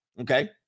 Okay